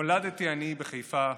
נולדתי אני בחיפה,